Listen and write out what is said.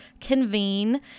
convene